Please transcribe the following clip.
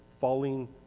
falling